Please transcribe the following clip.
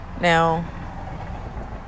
Now